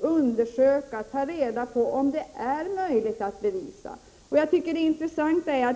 alltid först att ta reda på om det är möjligt att bevisa de brott som innefattas i lagstiftningen.